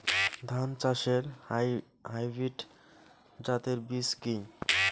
ধান চাষের হাইব্রিড জাতের বীজ কি?